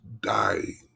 dying